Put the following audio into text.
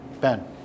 Ben